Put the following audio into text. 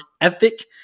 ethic